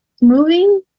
moving